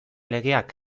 legeak